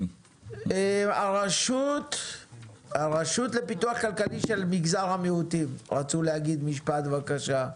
הרשות לפיתוח כלכלי של מגזר המיעוטים, בבקשה.